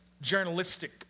journalistic